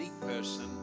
person